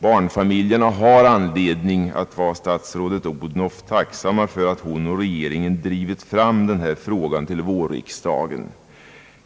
Barnfamiljerna har anledning att vara statsrådet Odhnoff och regeringen tacksamma för att de drivit fram denna fråga till vårriksdagen.